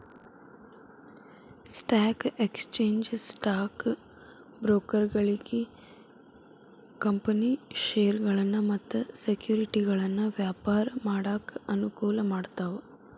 stock exchange stock ಬ್ರೋಕರ್ಗಳಿಗಿ company ಷೇರಗಳನ್ನ ಮತ್ತ ಸೆಕ್ಯುರಿಟಿಗಳನ್ನ ವ್ಯಾಪಾರ ಮಾಡಾಕ ಅನುಕೂಲ ಮಾಡ್ತಾವ